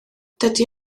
dydy